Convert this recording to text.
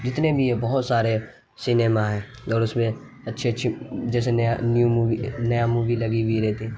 جتنے بھی ہیں بہت سارے سنیما ہیں اور اس میں اچھی اچھی جیسے نیا نیو مووی نیا مووی لگی ہوئی رہتی ہے